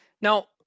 Now